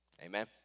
Amen